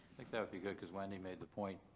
like that would be good, because wendy made the point.